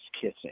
kissing